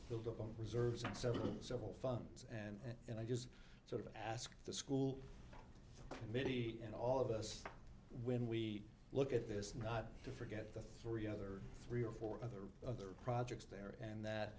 build up on reserves on several several fronts and i just sort of ask the school committee and all of us when we look at this not to forget the three other three or four other other projects there and that